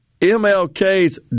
MLK's